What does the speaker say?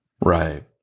Right